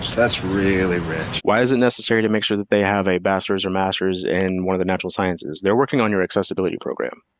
that's really rich. why is it necessary to make sure that they have a bachelor's or master's in one of the natural sciences? they're working on your accessibility program.